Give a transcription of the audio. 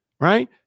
Right